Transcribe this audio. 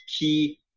key